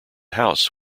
house